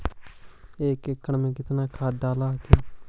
एक एकड़बा मे कितना खदिया डाल हखिन?